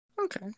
Okay